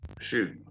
Shoot